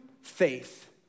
faith